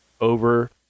over